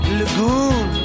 lagoon